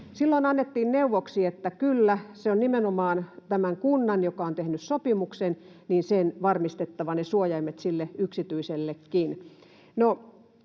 Silloin annettiin neuvoksi, että kyllä, se on nimenomaan tämän kunnan, joka on tehnyt sopimuksen, varmistettava ne suojaimet yksityisellekin.